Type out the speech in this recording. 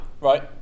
Right